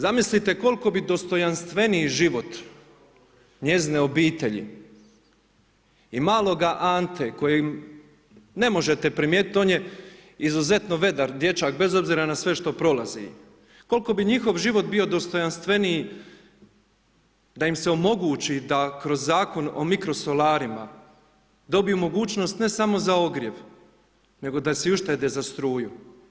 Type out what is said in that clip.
Zamislite koliko bi dostojanstveniji život, njezine obitelji i maloga Ante kojeg ne možete primijetiti, on je izuzetno vedar dječak, bez obzira na sve što prolazi, koliko bi njihov život bio dostojanstveniji, da im se omogući da kroz Zakon o mikrosolarima dobiju mogućnost ne samo za ogrjev nego da si uštede za struju.